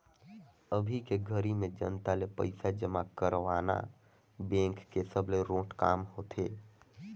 अभी के घरी में जनता ले पइसा जमा करवाना बेंक के सबले रोंट काम होथे